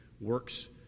works